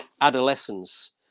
adolescence